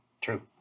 True